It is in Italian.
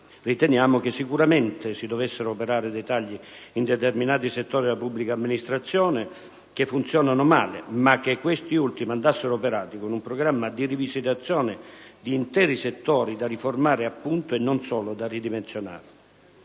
Riteniamo che sicuramente si dovessero operare dei tagli in determinati settori della pubblica amministrazione che funzionano male. Tuttavia, pensiamo che i tagli andassero operati con un programma di rivisitazione di interi settori da riformare e non solo da ridimensionare.